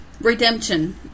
redemption